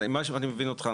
ממה שאני מבין אותך,